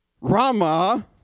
Rama